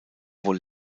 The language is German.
wohl